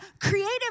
creative